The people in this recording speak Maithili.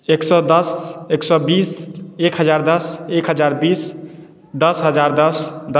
एक सए दस एक सए बीस एक हजार दस एक हजार बीस दस हजार दस